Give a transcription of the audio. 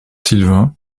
sylvain